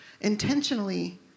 intentionally